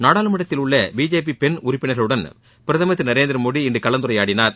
நாடாளுமன்றத்தில் உள்ள பிஜேபி பெண் உறுப்பினா்களுடன் பிரதமர் திரு நரேந்திர மோடி இன்று கலந்துரையாடனார்